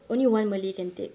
only one malay can take